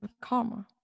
karma